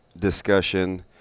discussion